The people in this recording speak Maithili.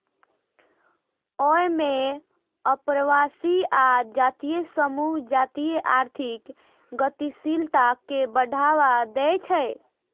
अय मे अप्रवासी आ जातीय समूह जातीय आर्थिक गतिशीलता कें बढ़ावा दै छै